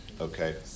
okay